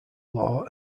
law